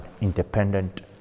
independent